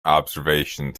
observations